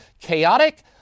chaotic